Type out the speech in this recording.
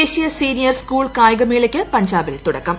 ദേശീയ senior school കായികമേളയ്ക്ക് പഞ്ചാബിൽ തുടക്കം